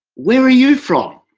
where are you from?